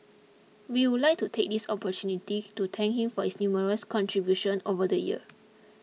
we would like to take this opportunity to thank him for his numerous contribution over the years